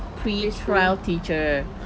pre-trial teacher